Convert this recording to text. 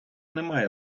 немає